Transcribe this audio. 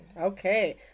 Okay